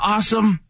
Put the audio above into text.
Awesome